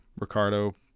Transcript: Ricardo